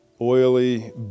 oily